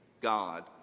God